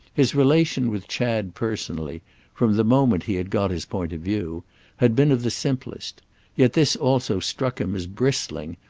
his relation with chad personally from the moment he had got his point of view had been of the simplest yet this also struck him as bristling,